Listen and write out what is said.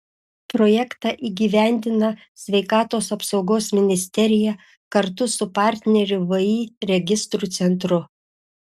projektą įgyvendina sveikatos apsaugos ministerija kartu su partneriu vį registrų centru